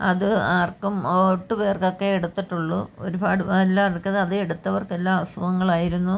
അത് ആർക്കും എട്ട് പേർക്കൊക്കെ എടുത്തിട്ടുള്ളൂ ഒരുപാട് എല്ലാവർക്കും അത് എടുത്തവർക്കെല്ലാം അസുഖങ്ങളായിരുന്നു